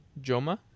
Joma